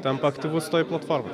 tampa aktyvus toj platformoj